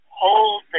hold